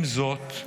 עם זאת,